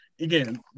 again